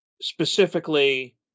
specifically